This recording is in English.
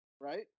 right